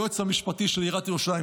היועץ המשפטי של עיריית ירושלים,